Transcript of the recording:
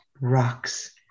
rocks